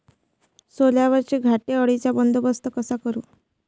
सोल्यावरच्या घाटे अळीचा बंदोबस्त कसा करू?